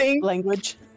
language